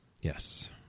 Yes